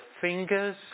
fingers